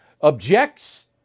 objects